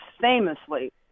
famously